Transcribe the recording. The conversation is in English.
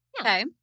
Okay